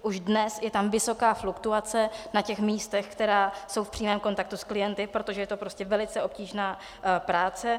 Už dnes je tam vysoká fluktuace na těch místech, která jsou v přímém kontaktu s klienty, protože je to prostě velice obtížná práce.